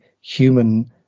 human